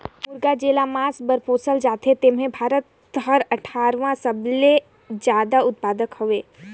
मुरगा जेला मांस बर पोसल जाथे तेम्हे भारत हर अठारहवां सबले जादा उत्पादक हवे